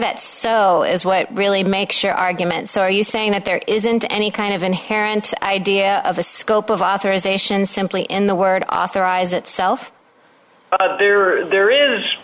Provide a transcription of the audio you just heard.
that so is what really makes your argument so are you saying that there isn't any kind of inherent idea of the scope of authorization simply in the word authorize itself there